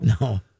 No